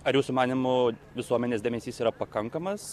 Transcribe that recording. ar jūsų manymu visuomenės dėmesys yra pakankamas